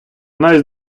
най